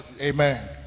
Amen